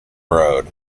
road